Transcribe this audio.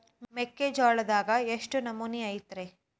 ಮೆಕ್ಕಿಜೋಳದಾಗ ಎಷ್ಟು ನಮೂನಿ ಐತ್ರೇ?